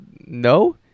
no